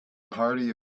party